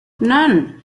none